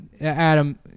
adam